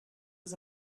was